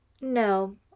No